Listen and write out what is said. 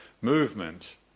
movement